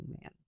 man